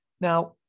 Now